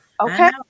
okay